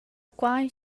quai